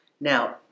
Now